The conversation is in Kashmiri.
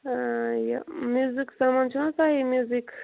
یہِ میوٗزِک سامان چھُو نہ حظ تۄہہ میوٗزِک